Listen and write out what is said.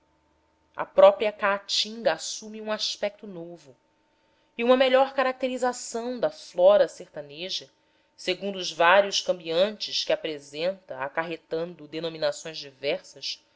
a própria caatinga assume um aspecto novo e uma melhor caracterização da flora sertaneja segundo os vários cambiantes que apresenta acarretando denominações diversas